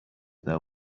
there